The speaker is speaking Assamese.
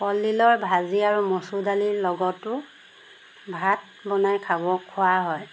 কলডিলৰ ভাজি আৰু মচুৰ দালিৰ লগতো ভাত বনাই খাব খোৱা হয়